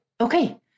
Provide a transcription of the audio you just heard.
okay